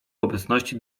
obecności